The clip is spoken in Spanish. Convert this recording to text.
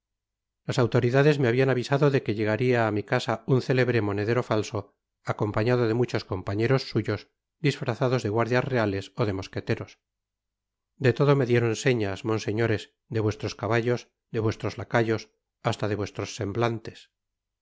las autoridades me habían avisado de que llegaría a mi casa un célebre monedero falso acompañado de muchos compañeros suyos disfrazados de guardias reales ó de mosqueteros de todo me dieron señas monseñores do vuestros caballos de vuestros lacayos hasta de vuestros semblantes